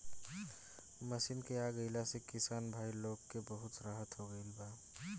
machine के आ गईला से किसान भाई लोग के त बहुत राहत हो गईल बा